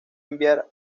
enviar